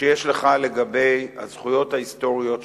שיש לך לגבי הזכויות ההיסטוריות שלנו,